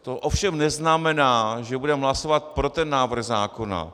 To ovšem neznamená, že budeme hlasovat pro ten návrh zákona.